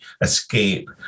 escape